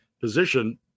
position